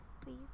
Please